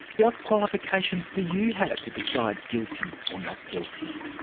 what qualifications do you have to decide guilty or not guilty?